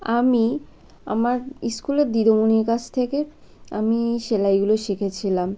আমি আমার স্কুলের দিদিমণির কাছ থেকে আমি সেলাইগুলো শিখেছিলাম